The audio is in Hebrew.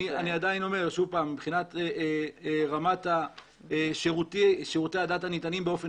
אני עדיין אומר שמבחינת שירותי הדת הניתנים באופן